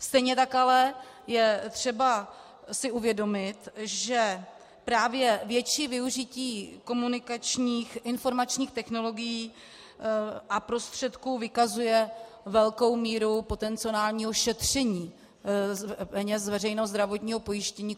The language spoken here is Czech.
Stejně tak ale je třeba si uvědomit, že právě větší využití komunikačních informačních technologií a prostředků vykazuje velkou míru potenciálního šetření peněz z veřejného zdravotního pojištění.